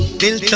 didn't